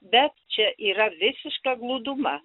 bet čia yra visiška glūduma